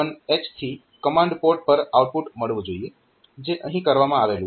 તો આ 0C1H થી કમાન્ડ પોર્ટ પર આઉટપુટ મળવું જોઈએ જે અહીં કરવામાં આવેલું છે